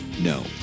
no